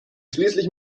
schließlich